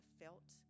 felt